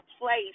place